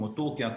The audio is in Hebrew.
כמו תורכיה,